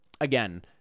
again